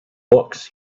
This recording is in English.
books